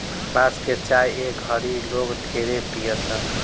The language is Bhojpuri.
बांस के चाय ए घड़ी लोग ढेरे पियता